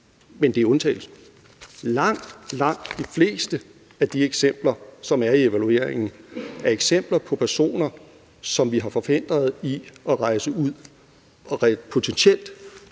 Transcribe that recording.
Men det er undtagelsen. Langt, langt de fleste af de eksempler, som er i evalueringen, er eksempler på personer, som vi har forhindret i at rejse ud og potentielt